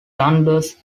dundas